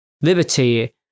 liberty